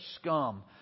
scum